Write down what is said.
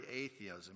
atheism